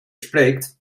spreekt